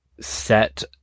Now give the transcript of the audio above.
set